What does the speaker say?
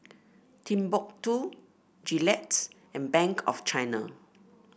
Timbuk two Gillette and Bank of China